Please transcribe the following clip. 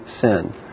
sin